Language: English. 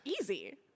easy